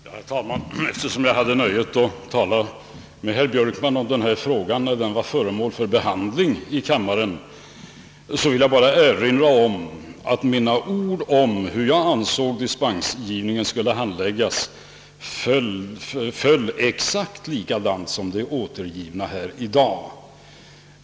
Herr talman! Eftersom jag hade nöjet att tala med herr Björkman om denna fråga, när den för några veckor sedan var föremål för behandling i kammaren, vill jag bara erinra om att mina ord om hur jag ansåg att dispensgivningen skulle handläggas föll exakt så som de är återgivna här i dag.